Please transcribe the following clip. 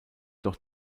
doch